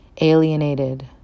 Alienated